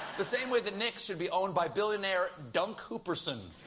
the same way the knicks should be owned by billionaire. dunk hooperson.